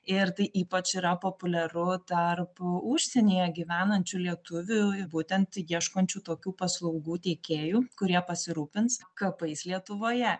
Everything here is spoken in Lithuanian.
ir tai ypač yra populiaru tarp užsienyje gyvenančių lietuvių būtent ieškančių tokių paslaugų teikėjų kurie pasirūpins kapais lietuvoje